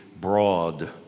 broad